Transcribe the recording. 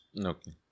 Okay